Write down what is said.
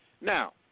Now